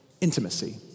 intimacy